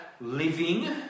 living